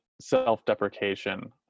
self-deprecation